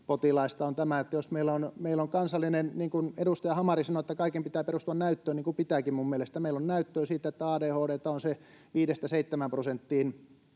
ADHD-potilaista on tämä, että meillä on kansallisesti — niin kuin edustaja Hamari sanoi, että kaiken pitää perustua näyttöön, niin kuin minun mielestäni pitääkin — näyttöä siitä, että ADHD:ta on viidestä